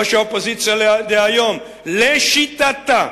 ראש האופוזיציה דהיום, לשיטתה,